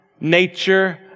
nature